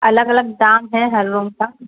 الگ الگ دام ہے ہر روم کا